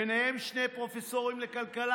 ביניהם שני פרופסורים לכלכלה,